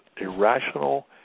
irrational